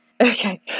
Okay